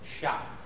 shot